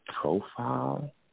profile